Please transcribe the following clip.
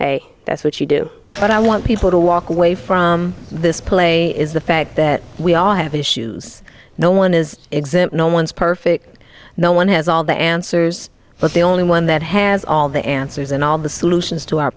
face that's what you do but i want people to walk away from this play is the fact that we all have issues no one is exempt no one's perfect no one has all the answers but the only one that has all the answers and all the solutions to our